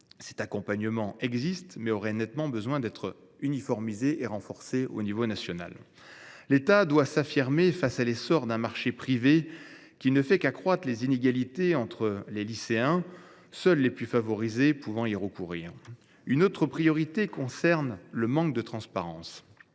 tel accompagnement existe, mais il aurait besoin d’être uniformisé et renforcé au niveau national. L’État doit s’affirmer face à l’essor d’un marché privé qui ne fait qu’accroître les inégalités entre les lycéens, seuls les plus favorisés d’entre eux pouvant y recourir. Lutter contre le manque de transparence